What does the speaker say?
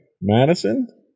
madison